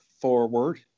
forward